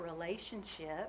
relationship